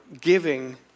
giving